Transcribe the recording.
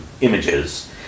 images